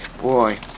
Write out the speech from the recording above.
Boy